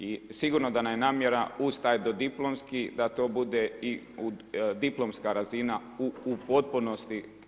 I sigurno da nam je namjera uz taj dodiplomski da to bude i diplomska razina u potpunosti.